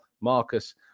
Marcus